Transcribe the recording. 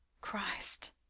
Christ